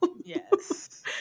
Yes